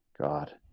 god